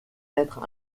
être